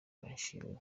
bahishiwe